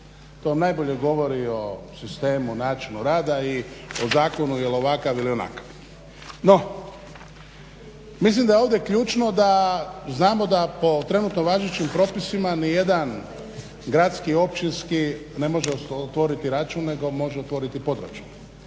vam najbolje govorio o sistemu, način rada i o zakonu, je li ovakav, ili onakav. No, mislim da je ovdje ključno da znamo da po trenutno važećim propisima ni jedan gradski, općinski ne može otvoriti račun nego može otvoriti podračun.